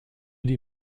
die